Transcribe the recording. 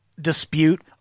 dispute